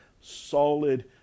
solid